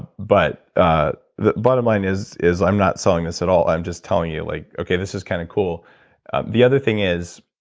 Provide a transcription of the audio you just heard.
but but ah the bottom line is, i'm not selling this at all, i'm just telling you like, okay, this is kind of cool the other thing is,